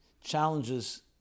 challenges